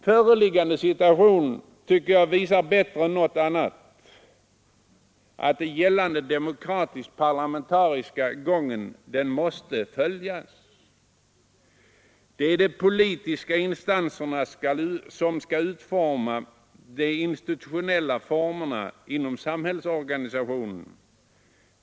Föreliggande situation tycker jag bättre än något annat visar att den gällande demokratiskt parlamentariska gången måste. följas. Det är de politiska instanserna som skall utforma institutionerna inom samhällsorganisationen.